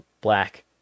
black